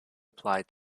applied